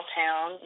town